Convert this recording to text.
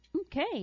Okay